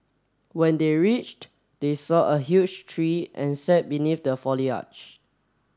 when they reached they saw a huge tree and sat beneath the foliage